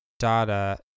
data